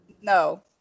No